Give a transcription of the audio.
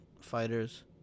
fighters